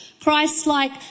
Christ-like